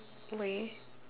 way